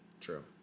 true